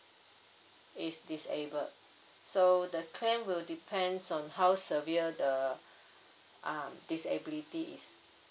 is disabled so the claim will depends on how severe the uh disability is